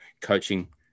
coaching